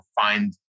find